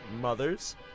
mothers